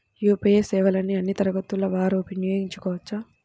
UPI సేవలని అన్నీ తరగతుల వారు వినయోగించుకోవచ్చా?